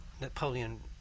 Napoleon